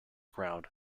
ground